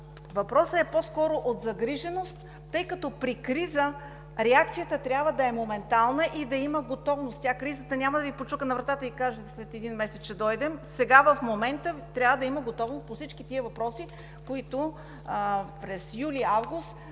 Въпросът е по-скоро от загриженост, тъй като при криза реакцията трябва да е моментална и да има готовност. Кризата няма да Ви почука на вратата и да каже: след един месец ще дойда. Сега, в момента, трябва да има готовност по всички тези въпроси, които през юли и август